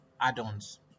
add-ons